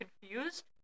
confused